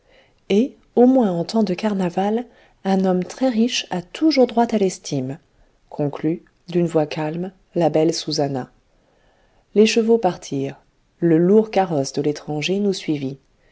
et au moins en temps de carnaval un homme très riche a toujours droit à l'estime conclut d'une voix calme la belle susannah les chevaux partirent le lourd carrosse de l'étranger nous suivit